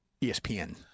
ESPN